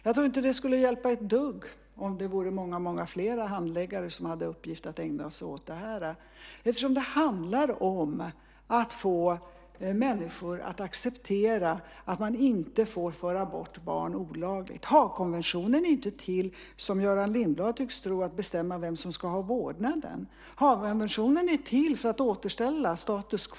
Jag tror inte att det skulle hjälpa ett dugg om det vore många fler handläggare som hade i uppgift att ägna sig åt detta. Det handlar om att få människor att acceptera att man inte får föra bort barn olagligt. Haagkonventionen är inte till för att bestämma vem som ska ha vårdnaden, som Göran Lindblad tycks tro. Haagkonventionen är till för att återställa status quo.